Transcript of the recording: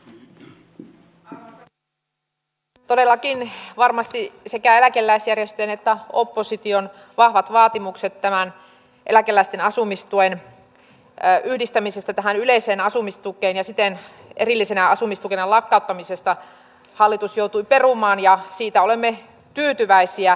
todellakin varmasti sekä eläkeläisjärjestöjen että opposition vahvojen vaatimusten vuoksi tämän eläkeläisten asumistuen yhdistämisen tähän yleiseen asumistukeen ja siten erillisenä asumistukena lakkauttamisen hallitus joutui perumaan ja siitä olemme tyytyväisiä